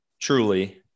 truly